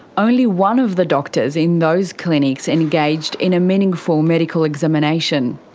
only one of the doctors in those clinics engaged in a meaningful medical examination.